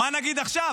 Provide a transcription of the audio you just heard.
מה נגיד עכשיו?